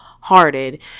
hearted